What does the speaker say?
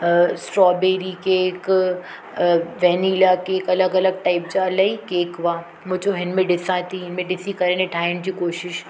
strawberry cake vanilla cake अलॻि अलॻि type जा इलाही केक हुआ मुं चयो हिनमें ॾिसां थी हिनमें ॾिसी करे हिनजे ठाहिण जी कोशिशि